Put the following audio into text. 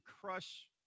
crush